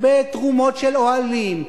בתרומות של אוהלים,